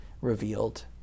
revealed